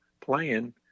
playing